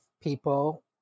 people